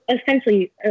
essentially